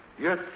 Yes